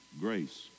grace